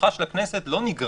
כוחה של הכנסת לא נגרע.